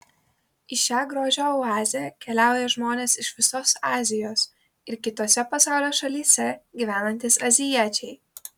į šią grožio oazę keliauja žmonės iš visos azijos ir kitose pasaulio šalyse gyvenantys azijiečiai